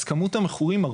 אז כמות המכורים,